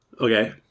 Okay